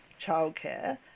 childcare